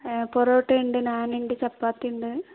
പൊറോട്ട ഉണ്ട് നാൻ ഉണ്ട് ചപ്പാത്തി ഉണ്ട്